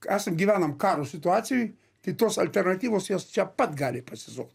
esam gyvenam karo situacijoj tai tos alternatyvos jos čia pat gali pasisukt